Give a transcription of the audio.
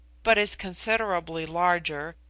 but is considerably larger,